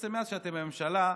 בעצם מאז שאתם בממשלה,